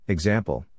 Example